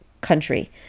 country